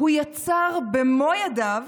הוא יצר במו ידיו